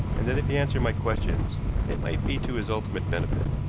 and that if he answered my questions it might be to his ultimate benefit.